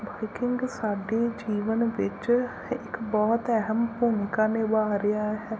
biking ਸਾਡੇ ਜੀਵਨ ਵਿੱਚ ਇੱਕ ਬਹੁਤ ਅਹਿਮ ਭੂਮਿਕਾ ਨਿਭਾ ਰਿਹਾ ਹੈ